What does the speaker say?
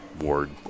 ward